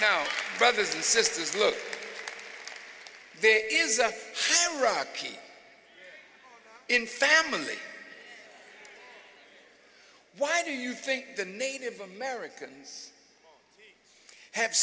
was now brothers and sisters look there is a rocky in family why do you think the native americans have